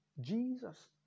Jesus